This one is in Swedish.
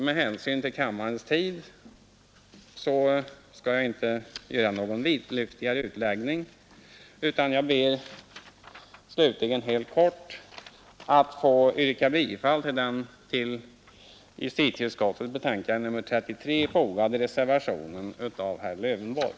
Med hänsyn till kammarens tid skall jag nu inte göra denna utläggning vidlyftigare utan ber helt kort att få yrka bifall till den vid justitieutskottets betänkande nr 33 fogade reservationen av herr Lövenborg.